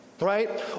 Right